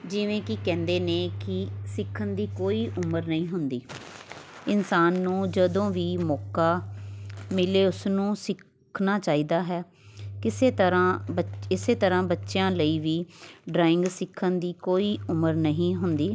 ਜਿਵੇਂ ਕਿ ਕਹਿੰਦੇ ਨੇ ਕਿ ਸਿੱਖਣ ਦੀ ਕੋਈ ਉਮਰ ਨਹੀਂ ਹੁੰਦੀ ਇਨਸਾਨ ਨੂੰ ਜਦੋਂ ਵੀ ਮੌਕਾ ਮਿਲੇ ਉਸ ਨੂੰ ਸਿੱਖਣਾ ਚਾਹੀਦਾ ਹੈ ਕਿਸੇ ਤਰ੍ਹਾਂ ਬੱਚ ਇਸੇ ਤਰ੍ਹਾਂ ਬੱਚਿਆਂ ਲਈ ਵੀ ਡਰਾਇੰਗ ਸਿੱਖਣ ਦੀ ਕੋਈ ਉਮਰ ਨਹੀਂ ਹੁੰਦੀ